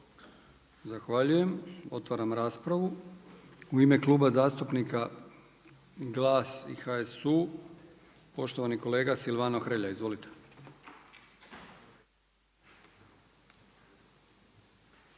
Zahvaljujem. Otvaram raspravu. U ime Kluba zastupnika HDZ-a poštovana kolegica Marija Jelkovac. Izvolite.